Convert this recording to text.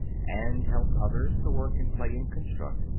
and helped others to work and play and construct,